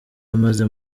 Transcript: amaze